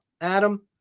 Adam